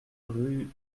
rue